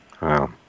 Wow